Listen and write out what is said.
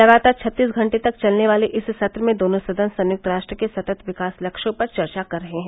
लगातार छत्तीस घंटे तक चलने वाले इस सत्र में दोनों सदन संयुक्त राष्ट्र के सतत् विकास लक्ष्यों पर चर्चा कर रहे हैं